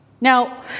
Now